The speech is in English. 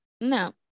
No